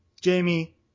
Jamie